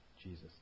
Jesus